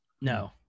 No